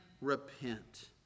repent